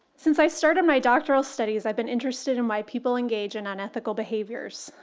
since i started my doctoral studies ive been interested in why people engage in unethical behaviors.